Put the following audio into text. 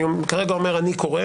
וכרגע אני אומר שאני קורא,